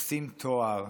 עושים תואר,